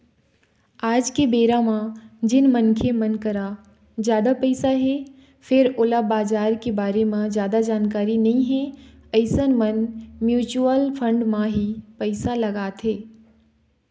आज के बेरा म जेन मनखे मन करा जादा पइसा हे फेर ओला बजार के बारे म जादा जानकारी नइ हे अइसन मन म्युचुअल फंड म ही पइसा लगाथे